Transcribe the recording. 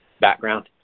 background